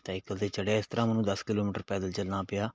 cycle 'ਤੇ ਚੜਿਆ ਇਸ ਤਰ੍ਹਾਂ ਮੈਨੂੰ ਦਸ ਕਿਲੋਮੀਟਰ ਪੈਦਲ ਚੱਲਣਾ ਪਿਆ